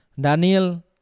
Daniel